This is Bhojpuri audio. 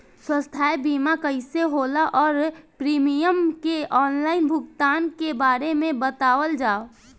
स्वास्थ्य बीमा कइसे होला और प्रीमियम के आनलाइन भुगतान के बारे में बतावल जाव?